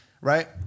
right